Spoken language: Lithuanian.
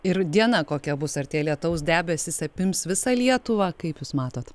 ir diena kokia bus ar tie lietaus debesys apims visą lietuvą kaip jūs matot